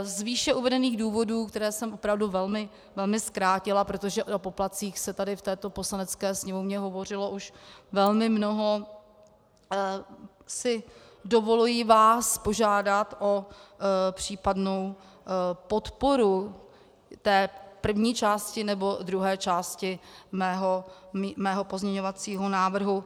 Z výše uvedených důvodů, které jsem opravdu velmi zkrátila, protože o poplatcích se tady v této Poslanecké sněmovně hovořilo už velmi mnoho, si dovoluji vás požádat o případnou podporu té první části nebo druhé části mého pozměňovacího návrhu.